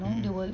mm